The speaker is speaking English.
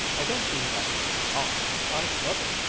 i don't mean that for a knock. i love it,